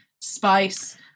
spice